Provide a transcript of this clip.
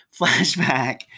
flashback